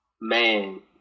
man